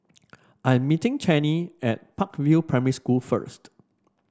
I'm meeting Chanie at Park View Primary School first